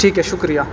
ٹھیک ہے شکریہ